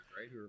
right